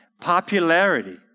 popularity